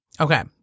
Okay